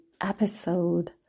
episode